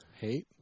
hate